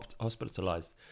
hospitalized